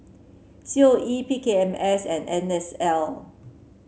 C O E P K M S and N S L